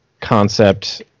concept